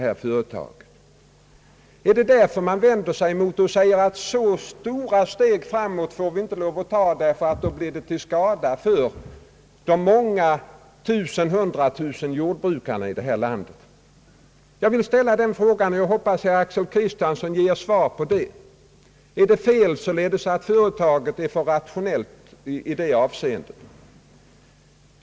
Är det därför man vänder sig mot det och säger att så stora steg framåt får vi inte ta, därför att det då blir till skada för de hundra tusen jordbrukarna här i landet. Jag vill ställa en fråga som jag hoppas att herr Axel Kristiansson ger svar på: Är det således fel att företaget är för rationellt i det avseendet?